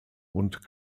und